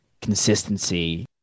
consistency